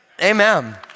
Amen